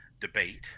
debate